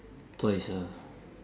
twice ah